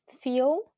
feel